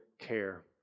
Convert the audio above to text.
care